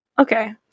Okay